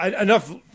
enough